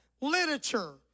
literature